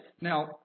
Now